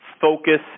focus